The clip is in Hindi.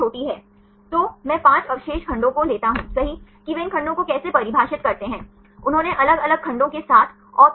छात्र यूक्लिडियन दूरी यूक्लिडियन दूरी और हमिंग दूरी कल हमने चर्चा कीसही